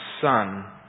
Son